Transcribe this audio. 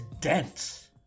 dense